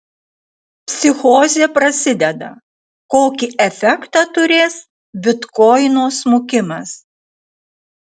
psichozė prasideda kokį efektą turės bitkoino smukimas